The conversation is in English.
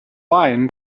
lion